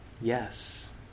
yes